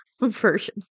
version